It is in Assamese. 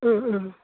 অঁ অঁ